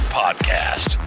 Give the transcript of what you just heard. podcast